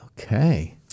Okay